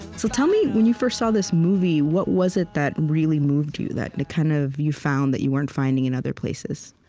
so tell me, when you first saw this movie, what was it that really moved you that and kind of you found, that you weren't finding in other places?